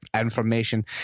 information